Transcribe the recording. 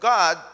God